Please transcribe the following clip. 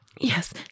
Yes